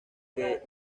que